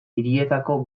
hirietako